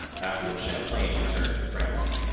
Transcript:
after which champlain returned to france.